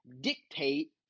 dictate